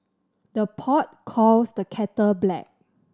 the pot calls the kettle black